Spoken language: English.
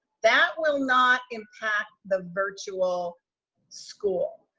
that will not impact the virtual school.